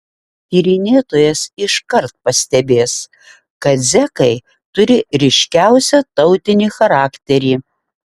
tyrinėtojas iškart pastebės kad zekai turi ryškiausią tautinį charakterį